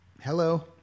hello